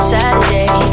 Saturday